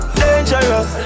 dangerous